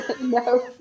No